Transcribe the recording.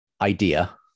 idea